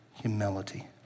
humility